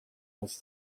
was